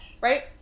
right